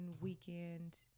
weekend